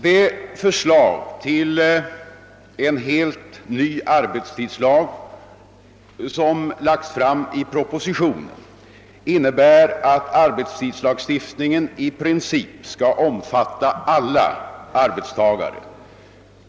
Det förslag till en helt ny arbetstidslag som lagts fram i propositionen innebär att arbetstidslagstiftningen i princip skall omfatta alla arbetstagare.